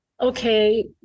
Okay